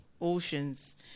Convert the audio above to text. oceans